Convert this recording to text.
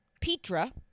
Petra